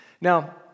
Now